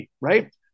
right